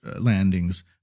landings